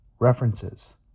references